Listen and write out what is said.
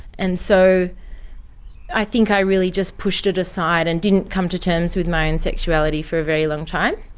and so i think i really just pushed it aside and didn't come to terms with my own and sexuality for a very long time,